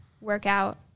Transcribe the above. workout